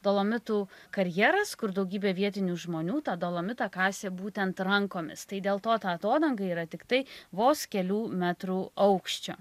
dolomitų karjeras kur daugybė vietinių žmonių tą dolomitą kasė būtent rankomis tai dėl to atodanga yra tiktai vos kelių metrų aukščio